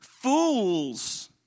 Fools